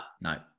No